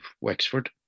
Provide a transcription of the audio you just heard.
Wexford